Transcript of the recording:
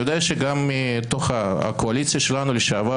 אני יודע שגם מתוך הקואליציה שלנו לשעבר